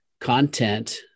content